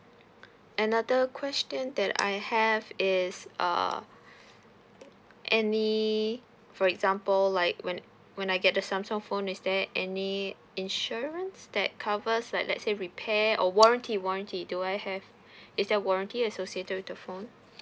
another question that I have is err any for example like when when I get the samsung phone is there any insurance that covers like let's say repair or warranty warranty do I have is there warranty associated with the phone